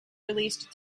released